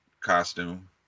costume